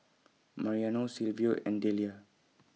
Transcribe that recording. Mariano Silvio and Dellia